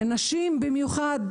במיוחד נשים,